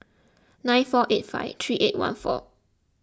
nine four eight five three eight one four